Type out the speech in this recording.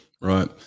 Right